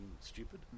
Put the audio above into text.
stupid